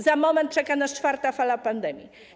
Za moment czeka nas czwarta fala pandemii.